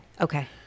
Okay